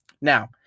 Now